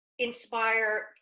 Inspire